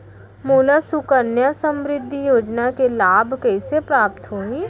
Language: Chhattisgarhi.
मोला सुकन्या समृद्धि योजना के लाभ कइसे प्राप्त होही?